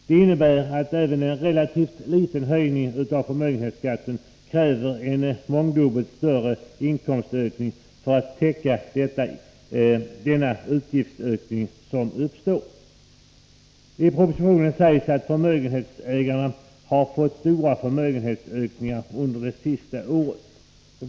Detta innebär att även en relativt liten höjning av förmögenhetsskatten kräver en mångdubbelt större inkomstökning för att täcka den utgiftsökning som uppstår. I propositionen sägs att förmögenhetsägarna har fått stora förmögenhetsökningar under de senaste åren.